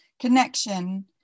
connection